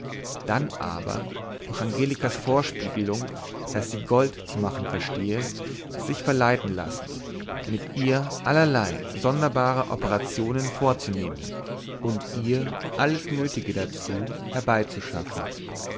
dann aber durch angelikas vorspieglung daß sie gold zu machen verstehe sich verleiten lassen mit ihr allerlei sonderbare operationen vorzunehmen und ihr alles nötige dazu herbeizuschaffen